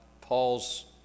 Paul's